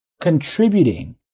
contributing